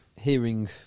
hearing